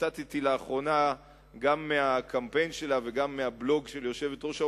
וציטטתי לאחרונה גם מהקמפיין שלה וגם מהבלוג של יושבת-ראש האופוזיציה,